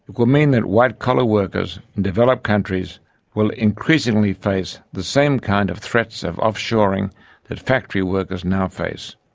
it would mean that white collar workers in developed countries will increasingly face the same kind of threats of off-shoring that factory workers now face.